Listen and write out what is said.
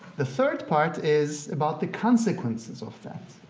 the third part is about the consequences of that.